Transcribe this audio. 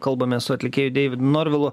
kalbamės su atlikėju deividu norvilu